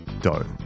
dough